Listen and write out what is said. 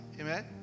amen